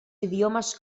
idiomes